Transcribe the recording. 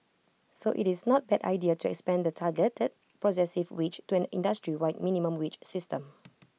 so IT is not bad idea trance Band the targeted progressive wage to an industry wide minimum wage system